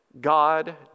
God